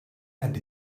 and